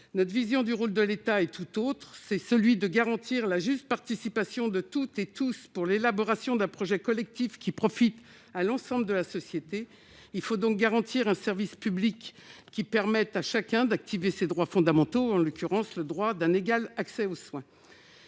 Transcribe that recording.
Pour nous, le rôle de l'État est tout autre : ce dernier doit garantir la juste participation de toutes et tous à l'élaboration d'un projet collectif qui profite à l'ensemble de la société, ce qui implique de garantir un service public permettant à chacun de jouir de ses droits fondamentaux, en l'occurrence le droit à un égal accès aux soins.